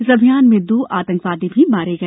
इस अभियान में दो आतंकवादी भी मारे गए